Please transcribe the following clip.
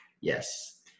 Yes